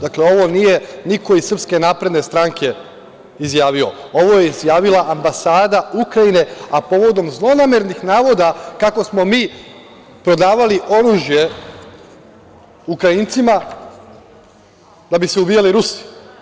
Dakle, ovo nije niko iz SNS izjavio, ovo je izjavila ambasada Ukrajine, a povodom zlonamernih navoda kako smo mi prodavali oružje Ukrajincima da bi se ubijali Rusi.